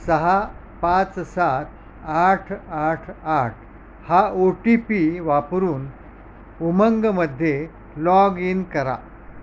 सहा पाच सात आठ आठ आठ हा ओ टी पी वापरून उमंगमध्ये लॉग इन करा